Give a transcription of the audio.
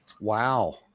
Wow